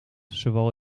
zowel